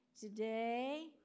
today